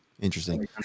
Interesting